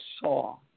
saw